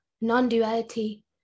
non-duality